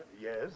Yes